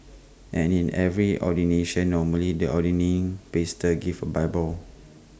and in every ordination normally the ordaining pastor gives A bible